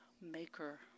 maker